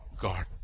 God